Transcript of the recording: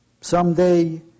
Someday